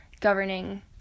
governing